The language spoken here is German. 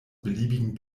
beliebigen